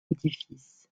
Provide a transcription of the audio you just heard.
édifice